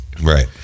right